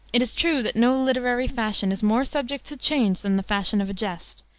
it is true that no literary fashion is more subject to change than the fashion of a jest,